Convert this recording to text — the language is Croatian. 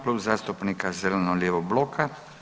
Klub zastupnika zeleno-lijevog bloka.